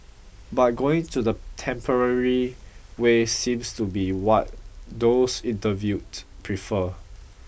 but going to the temporary way seems to be what those interviewed prefer